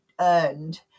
earned